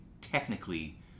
technically